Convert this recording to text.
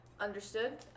Understood